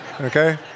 Okay